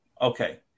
okay